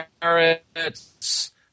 carrots